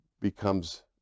becomes